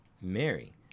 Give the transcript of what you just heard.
Mary